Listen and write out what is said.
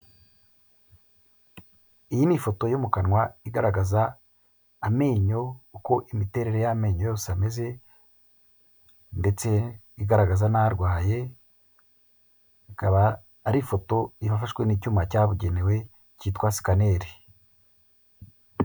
Iyi ni ifoto yo mu kanwa igaragaza amenyo, uko imiterere y'amenyo yose ameze ndetse igaragaza n'arwaye, ikaba ari ifoto yafashwe n'icyuma cyabugenewe cyitwa sikaneri.